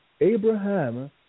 Abraham